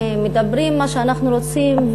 מדברים מה שאנחנו רוצים,